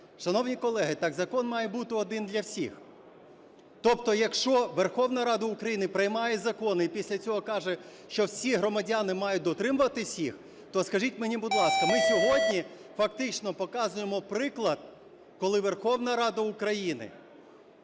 Шановні колеги, так закон має бути один для всіх. Тобто, якщо Верховна Рада України приймає закони і після цього каже, що всі громадяни мають дотримуватися їх, то скажіть мені, будь ласка, ми сьогодні фактично показуємо приклад, коли Верховна Рада України